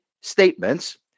statements